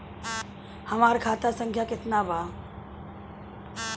हमार खाता संख्या केतना बा?